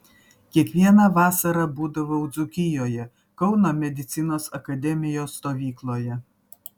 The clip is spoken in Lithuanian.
kiekvieną vasarą būdavau dzūkijoje kauno medicinos akademijos stovykloje